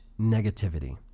negativity